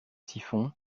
siphon